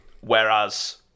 whereas